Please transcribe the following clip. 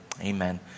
amen